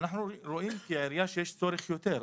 אנחנו רואים כעירייה שיש צורך יותר,